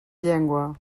llengua